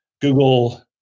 Google